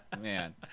Man